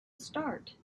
start